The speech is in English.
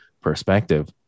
perspective